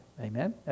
Amen